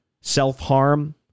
self-harm